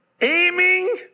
Aiming